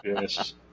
yes